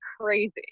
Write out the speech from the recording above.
crazy